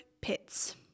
pits